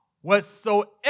Whatsoever